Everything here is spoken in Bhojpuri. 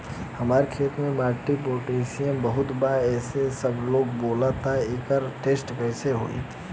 हमार खेत के माटी मे पोटासियम बहुत बा ऐसन सबलोग बोलेला त एकर टेस्ट कैसे होई?